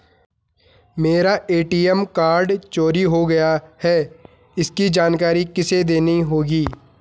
मेरा ATM card चोरी हो गया है इसकी जानकारी किसे देनी होगी?